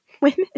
women